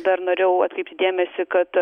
dar norėjau atkreipti dėmesį kad